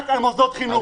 רק על מוסדות חינוך,